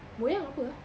moyang apa ah